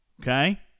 Okay